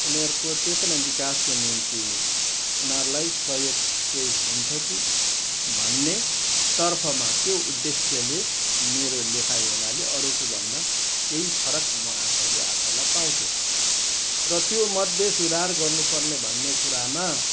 उनीहरूको चेतना विकासको निम्ति उनीहरूलाई सहयोग केही हुन्छ कि भन्ने तर्फमा त्यो उद्देश्यले मेरो लेखाइ हुनाले अरूको भन्दा केही फरक म आफैले आफैलाई पाउँछु र त्योमध्ये सुधार गर्नुपर्ने भन्ने कुरामा